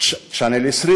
channel 20